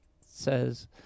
says